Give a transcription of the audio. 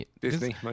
Disney